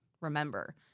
remember